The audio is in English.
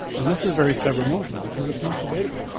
and this is a very clever motion because it's not debatable,